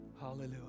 Hallelujah